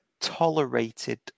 Tolerated